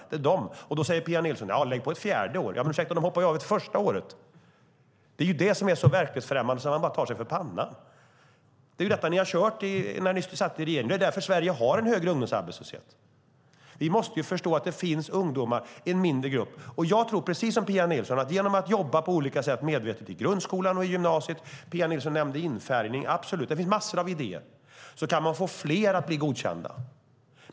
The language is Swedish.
Då säger Pia Nilsson att vi ska lägga på ett fjärde år. Men de hoppar ju av efter första året. Det är så verklighetsfrämmande att man bara tar sig för pannan. Det var detta ni körde när ni satt i regeringen. Det är därför Sverige har en högre ungdomsarbetslöshet. Jag tror, precis som Pia Nilsson, att genom att jobba medvetet på olika sätt i grundskolan och i gymnasiet - Pia Nilsson nämnde infärgning, och det finns massor av idéer - kan man få fler att bli godkända.